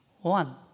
one